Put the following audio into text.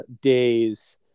days